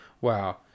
Wow